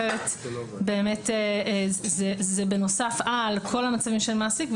אחרת באמת זה בנוסף על כל המצבים של מעסיק,